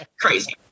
crazy